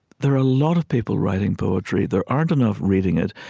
there are a lot of people writing poetry. there aren't enough reading it.